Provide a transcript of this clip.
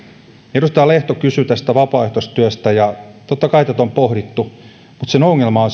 edustaja lehto kysyi tästä vapaaehtoistyöstä totta kai tätä on pohdittu mutta sen ongelma on